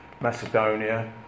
Macedonia